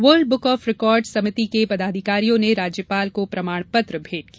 world book of record समिति के पदाधिकारियों ने राज्यपाल को प्रमाण पत्र भेंट किया